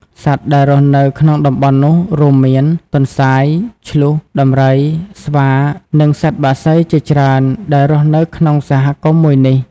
សត្វដែលរស់នៅក្នុងតំបន់នោះរួមមាន៖ ទន្សាយ ឈ្លូស ដំរី ស្វានិងសត្វបក្សីជាច្រើនដែលរស់នៅក្នុងសហគមន៍មួយនេះ។